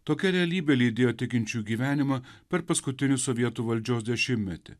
tokia realybė lydėjo tikinčių gyvenimą per paskutinį sovietų valdžios dešimtmetį